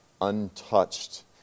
untouched